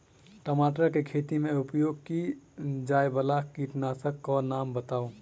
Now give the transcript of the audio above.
टमाटर केँ खेती मे उपयोग की जायवला कीटनासक कऽ नाम बताऊ?